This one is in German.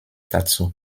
dazu